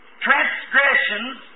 transgressions